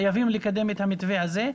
חייבים לקדם את המתווה הזה.